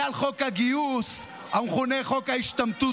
ועל חוק הגיוס, המכונה חוק ההשתמטות,